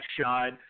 shot